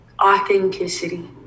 authenticity